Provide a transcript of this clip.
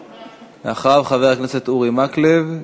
אחריו, חבר הכנסת אורי מקלב.